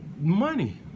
money